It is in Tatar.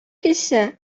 килсә